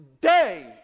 day